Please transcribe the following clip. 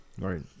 Right